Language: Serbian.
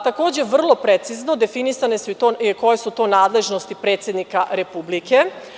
Takođe, vrlo precizno je definisano koje su to nadležnosti predsednika Republike.